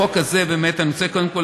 קודם כול,